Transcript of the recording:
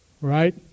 right